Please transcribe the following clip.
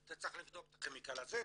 אתה צריך לבדוק את הכימיקל הזה,